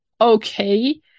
okay